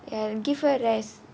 ya give her rest